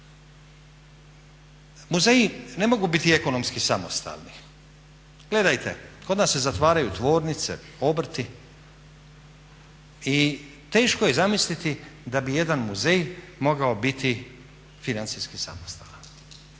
Muzeji ne mogu biti ekonomski samostalni. Gledajte, kod nas se zatvaraju tvornice, obrti i teško je zamisliti da bi jedan muzej mogao biti financijski samostalan.